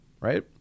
right